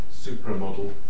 supermodel